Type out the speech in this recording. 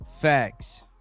Facts